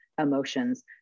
emotions